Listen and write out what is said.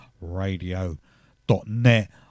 radio.net